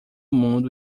mundo